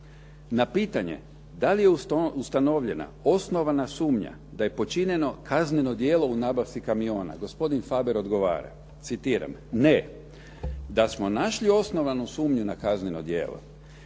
na pitanje da li je ustanovljena osnovana sumnja da je počinjeno kazneno djelo u nabavci kamiona gospodin Faber odgovara, citiram: "Ne. Da smo našli osnovanu sumnju na kazneno djelo,